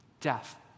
Death